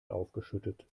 aufgeschüttet